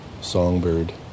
songbird